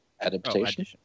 adaptation